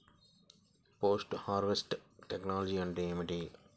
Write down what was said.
Post harvest technology అంటే ఏమిటి?